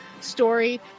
story